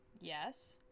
Yes